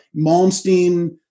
Malmsteen